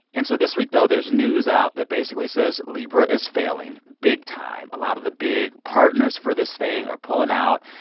and so this week, though, there's news out that basically says libra is failing big time. a lot of the big partners for this thing are pulling out,